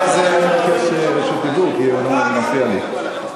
שתדעו, הוא מפריע לי.